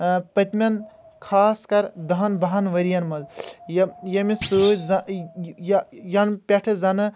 پٔتمٮ۪ن خاص کر دہن بَہن ؤرۍ ین منٛز یمہِ سۭتۍ ز یَنہٕ پٮ۪ٹھہٕ زنہٕ